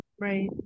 right